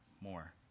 more